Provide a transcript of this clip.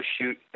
shoot